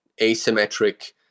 asymmetric